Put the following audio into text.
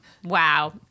Wow